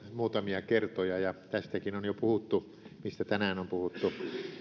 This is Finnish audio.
muutamia kertoja ja tästäkin on jo puhuttu mistä tänään on puhuttu